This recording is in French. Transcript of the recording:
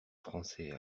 français